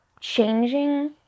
changing